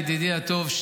ידידי הטוב,